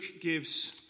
gives